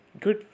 good